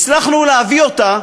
הצלחנו להביא אותה